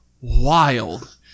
wild